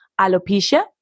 Alopecia